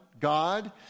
God